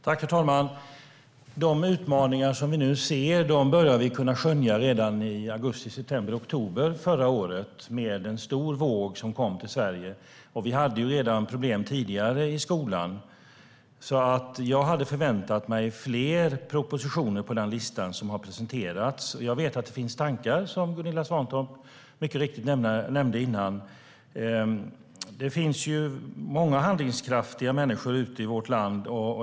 Herr talman! De utmaningar som vi nu ser började vi kunna skönja redan i augusti, september och oktober förra året med en stor våg som kom till Sverige. Vi hade redan problem tidigare i skolan. Jag hade förväntat mig fler propositioner på den lista som har presenterats. Jag vet att det finns tankar, som Gunilla Svantorp mycket riktigt nämnde innan. Det finns många handlingskraftiga människor ute i vårt land.